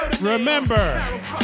Remember